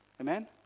Amen